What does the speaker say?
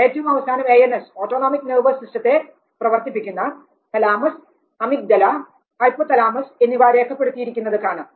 ഏറ്റവും അവസാനം ANS autonomic nervous സിസ്റ്റത്തെ പ്രവർത്തിപ്പിക്കുന്ന തലാമസ് അമിഗ്ഡല ഹൈപ്പോതലാമസ് എന്നിവ രേഖപ്പെടുത്തിയിരിക്കുന്നത് കാണാം